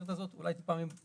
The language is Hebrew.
הכותרת הזאת אולי קצת מבלבלת.